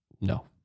no